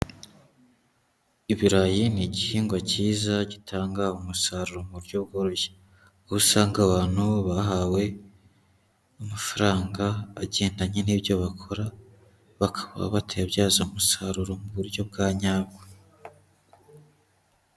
Ibirayi ni igihingwa cyiza gitanga umusaruro mu buryo bworoshye, aho usanga abantu bahawe amafaranga agendanye n'ibyo bakora, bakaba batayabyaza umusaruro mu buryo bwa nyabyo.